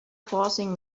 forcing